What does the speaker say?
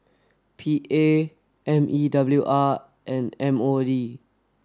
P A M E W R and M O D